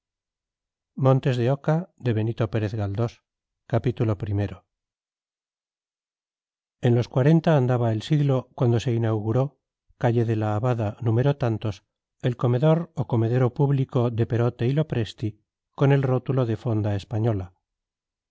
benito pérez galdós en los cuarenta andaba el siglo cuando se inauguró calle de la abada número tantos el comedor o comedero público de perote y lopresti con el rótulo de fonda española